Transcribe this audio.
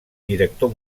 director